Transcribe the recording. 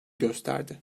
gösterdi